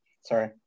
Sorry